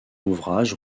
ouvrage